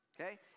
Okay